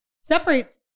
separates